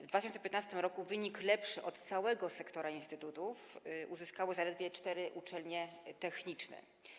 W 2015 r. wynik lepszy od całego sektora instytutów uzyskały zaledwie cztery uczelnie techniczne.